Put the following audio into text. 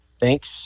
Thanks